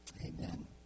Amen